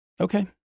Okay